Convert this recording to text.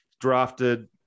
drafted